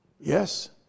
Yes